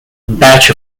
batch